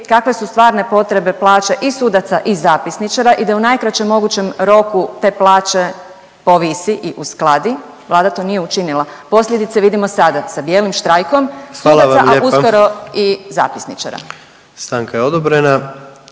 kakve su stvarne potrebe plaća i sudaca i zapisničara i da u najkraćem mogućem roku te plaće povisi i uskladi. Vlada to nije u činila, posljedice vidimo sada sa bijelim štrajkom sudaca …/Upadica predsjednik: